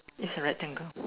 is a rectangle